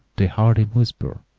they heard him whisper,